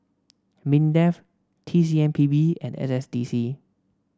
Mindef T C M P B and S S D C